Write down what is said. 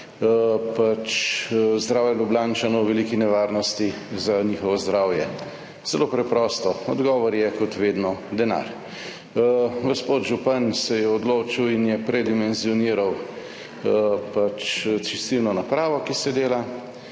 pač zdravje Ljubljančanov v veliki nevarnosti za njihovo zdravje? Zelo preprosto, odgovor je, kot vedno, denar. Gospod župan se je odločil in je predimenzioniral pač čistilno napravo, ki se dela,